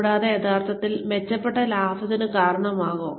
കൂടാതെ ഇത് യഥാർത്ഥത്തിൽ മെച്ചപ്പെട്ട ലാഭത്തിന് കാരണമാകുമോ